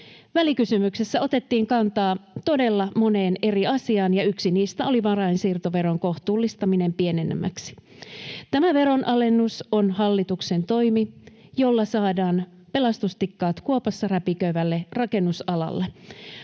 Välikysymyksessä otettiin kantaa todella moneen eri asiaan, ja yksi niistä oli varainsiirtoveron kohtuullistaminen pienemmäksi. Tämä veronalennus on hallituksen toimi, jolla saadaan pelastustikkaat kuopassa räpiköivälle rakennusalalle.